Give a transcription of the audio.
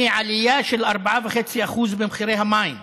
ועלייה של 4.5% במחירי המים,